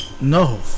No